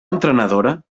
entrenadora